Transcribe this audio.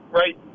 right